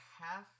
half